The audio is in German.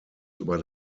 über